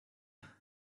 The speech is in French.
nous